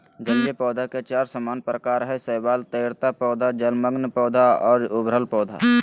जलीय पौधे के चार सामान्य प्रकार हइ शैवाल, तैरता पौधा, जलमग्न पौधा और उभरल पौधा